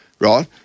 Right